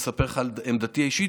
עכשיו אני מספר לך על עמדתי האישית,